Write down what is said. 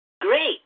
Great